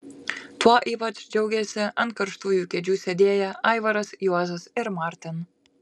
tuo ypač džiaugėsi ant karštųjų kėdžių sėdėję aivaras juozas ir martin